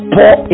Paul